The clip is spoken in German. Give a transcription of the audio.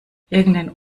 irgendein